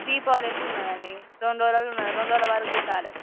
దీపావళి ఎప్పుడు ఉన్నదండి రెండు రోజులల్లా ఉన్నది రెండు రోజులల్లో కుట్టాలి